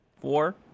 Four